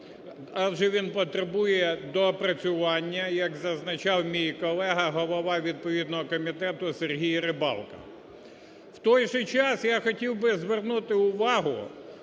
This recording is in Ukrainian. адже він потребує доопрацювання, як зазначав мій колега, голова відповідного комітету, Сергій Рибалка. В той же час, я хотів би звернути увагу